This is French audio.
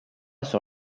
sur